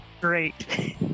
Great